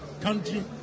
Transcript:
country